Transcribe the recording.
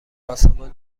آسمان